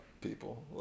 people